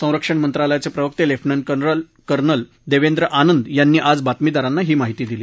संरक्षण मंत्रालयाचे प्रवक्ते लेफ्टनंट कर्नल देवेंद्र आनंद यांनी आज बातमीदारांना ही माहिती दिली